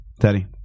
Teddy